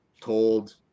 told